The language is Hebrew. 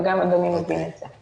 וגם אדוני מבין את זה.